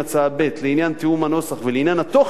ב' לעניין תיאום הנוסח ולעניין התוכן,